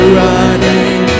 running